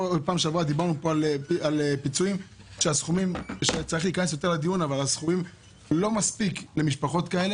בפעם שעברה דיברנו פה על סכומים לא מספיקים למשפחות כאלה.